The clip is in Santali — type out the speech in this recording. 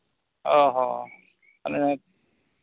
ᱚ ᱦᱚᱸ ᱢᱟᱱᱮ